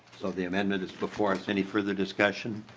so the amendment is before to any further discussion?